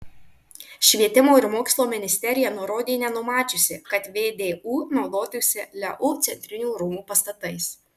švietimo ir mokslo ministerija nurodė nenumačiusi kad vdu naudotųsi leu centrinių rūmų pastatais